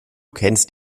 kennst